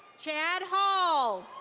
chad hall.